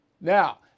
Now